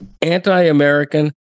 anti-American